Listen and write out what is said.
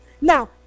Now